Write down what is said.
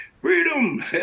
Freedom